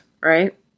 right